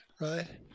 right